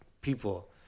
people